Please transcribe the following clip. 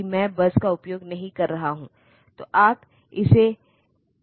तो यह प्रोसेसर को उस एक्युमुलेटर की सामग्री को 1 से बढ़ाने के लिए कहता है